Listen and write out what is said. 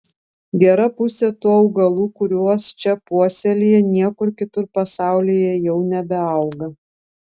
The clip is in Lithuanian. gera pusė tų augalų kuriuos čia puoselėji niekur kitur pasaulyje jau nebeauga